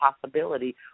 possibility